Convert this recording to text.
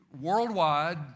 worldwide